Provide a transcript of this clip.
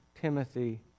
Timothy